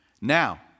Now